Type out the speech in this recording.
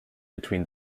between